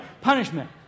punishment